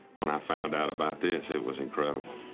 when i found out about this, it was incredible.